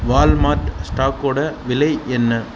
Walmart ஸ்டாக்கோடய விலை என்ன